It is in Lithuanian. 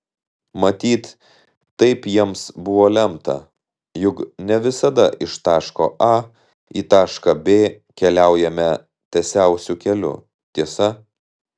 matyt taip jiems buvo lemta juk ne visada iš taško a į tašką b keliaujame tiesiausiu keliu tiesa